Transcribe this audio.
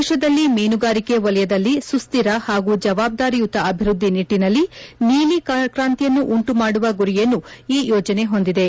ದೇಶದಲ್ಲಿ ಮೀನುಗಾರಿಕೆ ವಲಯದಲ್ಲಿ ಸುಶ್ಟಿರ ಹಾಗೂ ಜವಾಬ್ದಾರಿಯುತ ಅಭಿವೃದ್ದಿ ನಿಟ್ಟಿನಲ್ಲಿ ನೀಲಿಕ್ತಾಂತಿಯನ್ನು ಉಂಟು ಮಾಡುವ ಗುರಿಯನ್ನು ಈ ಯೋಜನೆ ಹೊಂದಿದೆ